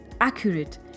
accurate